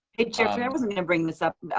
wasn't gonna bring this up.